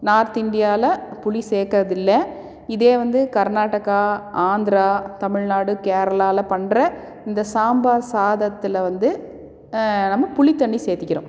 north இண்டியாவில் புளி சேர்க்கறதில்ல இதே வந்து கர்நாடகா ஆந்திரா தமிழ்நாடு கேரளாவில் பண்ணுற இந்த சாம்பார் சாதத்தில் வந்து நம்ம புளித்தண்ணி சேர்த்திக்கிறோம்